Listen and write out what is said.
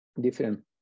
different